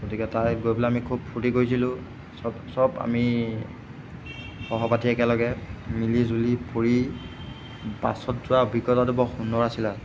গতিকে তালৈ গৈ পেলাই আমি খুব ফূৰ্তি কৰিছিলো চব চব আমি সহপাঠী একেলগে মিলিজুলি ফুৰি বাছত যোৱা অভিজ্ঞতাটো বৰ সুন্দৰ আছিলে